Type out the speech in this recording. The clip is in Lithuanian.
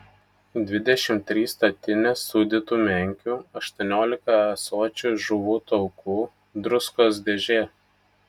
dvidešimt trys statinės sūdytų menkių aštuoniolika ąsočių žuvų taukų druskos dėžė